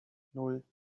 nan